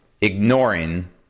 ignoring